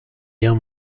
guerre